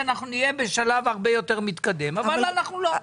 שאנחנו נהיה בשלב הרבה יותר מתקדם אבל אנחנו לא.